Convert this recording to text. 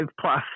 plus